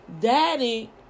daddy